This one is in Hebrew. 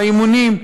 באימונים,